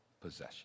possession